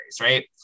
right